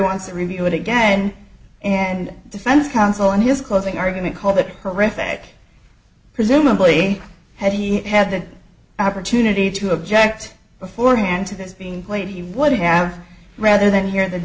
wants to review it again and defense counsel in his closing argument call that horrific presumably had he had the opportunity to object beforehand to this being played he would have rather than hear th